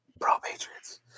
Pro-patriots